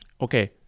Okay